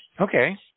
Okay